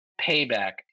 payback